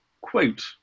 quote